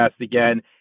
again